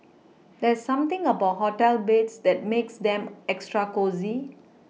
there's something about hotel beds that makes them extra cosy